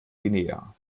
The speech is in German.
guinea